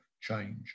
change